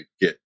get